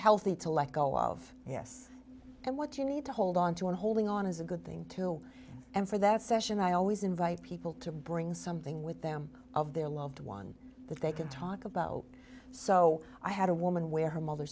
healthy to let go of yes and what you need to hold onto and holding on is a good thing too and for that session i always invite people to bring something with them of their loved one that they can talk about so i had a woman where her mother